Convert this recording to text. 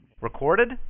Recorded